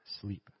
sleep